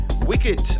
wicked